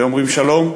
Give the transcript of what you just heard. אומרים "שלום",